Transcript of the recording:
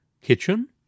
Kitchen